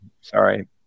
Sorry